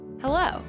Hello